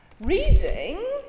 Reading